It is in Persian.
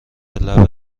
لبت